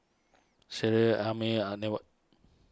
Schley Amir and